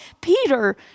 Peter